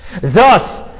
Thus